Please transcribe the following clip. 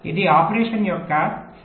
ఇది ఆపరేషన్ యొక్క సరైన దృశ్యం